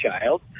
child